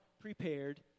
prepared